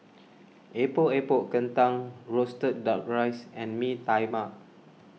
Epok Epok Kentang Roasted Duck Rice and Mee Tai Mak